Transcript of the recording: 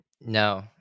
no